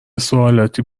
سوالاتی